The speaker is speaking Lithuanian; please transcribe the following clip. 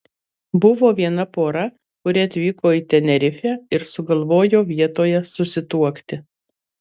buvo viena pora kuri atvyko į tenerifę ir sugalvojo vietoje susituokti